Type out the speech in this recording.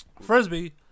Frisbee